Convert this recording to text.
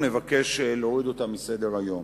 נבקש להוריד אותה מסדר-היום.